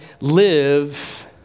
live